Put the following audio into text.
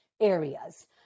areas